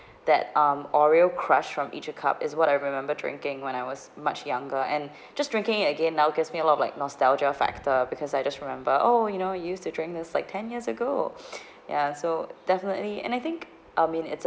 that um oreo crush from each a cup is what I remember drinking when I was much younger and just drinking it again now gives me a lot like nostalgia factor because I just remember oh you know I used to drink this like ten years ago ya so definitely and I think I mean it's